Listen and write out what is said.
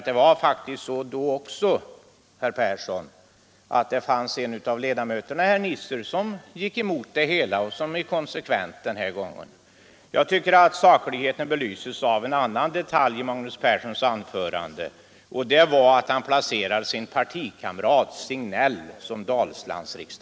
Det var faktiskt så, herr Persson, att en av ledamöterna på Värmlandsbänken, herr Nisser, gick emot förslaget även den gången. Han är alltså helt konsekvent. Sakligheten i Magnus Perssons anförande belyses också av en annan detalj — han placerade sin partikamrat Signell i Dalsland.